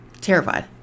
terrified